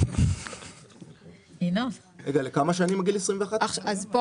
רגע, לכמה שנים הגיל 21 הזה?